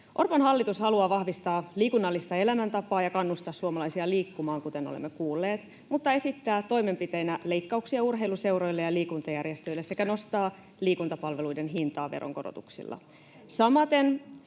Orpon hallitus haluaa vahvistaa liikunnallista elämäntapaa ja kannustaa suomalaisia liikkumaan, kuten olemme kuulleet, mutta esittää toimenpiteinä leikkauksia urheiluseuroille ja liikuntajärjestöille sekä nostaa liikuntapalveluiden hintaa veronkorotuksilla.